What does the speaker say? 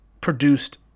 produced